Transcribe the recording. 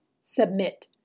submit